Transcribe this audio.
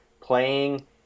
playing